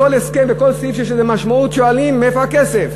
בכל הסכם ועל כל סעיף שיש לו משמעות שואלים: מאיפה הכסף?